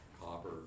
copper